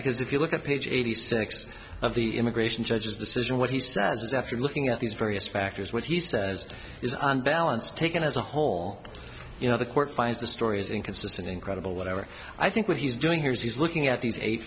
because if you look at page eighty six of the immigration judge's decision what he says after looking at these various factors what he says is on balance taken as a whole you know the court finds the stories inconsistent incredible whatever i think what he's doing here is he's looking at these eight